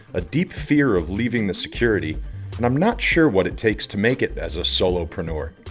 a deep fear of leaving the security and i'm not sure what it takes to make it as a solo-preneur.